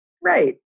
Right